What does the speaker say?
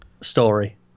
story